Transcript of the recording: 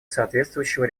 соответствующего